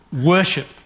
worship